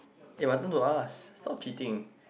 eh my turn to ask stop chitting